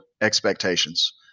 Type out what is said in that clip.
expectations